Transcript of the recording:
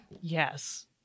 yes